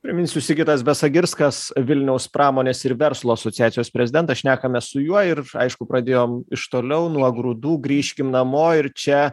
priminsiu sigitas besagirskas vilniaus pramonės ir verslo asociacijos prezidentas šnekamės su juo ir aišku pradėjom iš toliau nuo grūdų grįžkim namo ir čia